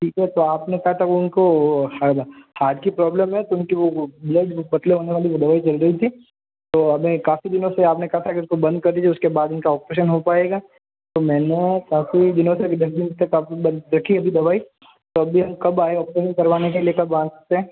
ठीक है तो आपने कहा था वो उनको हार्ट की प्रॉब्लम है तो उनके वो ब्लड पतले होने वाली दवाई चल रही थी तो हमें काफ़ी दिनों से आपने कहा था कि उसको बंद कर दीजिए उसके बाद उनका ऑपरेशन हो पाएगा तो मैंने काफ़ी दिनों से अभी दस दिन से बंद रखी है अभी दवाई तो अभी हम कब आएं ऑपरेशन करवाने के लिए कब आ सकते हैं